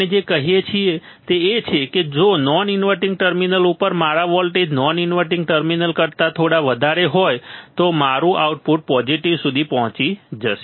આપણે જે કહીએ છીએ તે એ છે કે જો નોન ઇન્વર્ટીંગ ટર્મિનલ ઉપર મારા વોલ્ટેજ નોન ઇન્વર્ટીંગ ટર્મિનલ કરતા થોડા વધારે હોય તો મારું આઉટપુટ પોઝિટિવ સુધી પહોંચી જશે